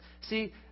See